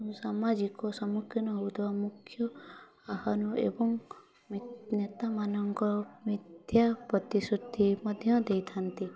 ସାମାଜିକ ସମ୍ମୁଖୀନ ହେଉଥିବା ମୁଖ୍ୟ ଆହ୍ୱାନ ଏବଂ ନେତାମାନଙ୍କ ମିଥ୍ୟା ପ୍ରତିଶ୍ରୁତି ମଧ୍ୟ ଦେଇଥାନ୍ତି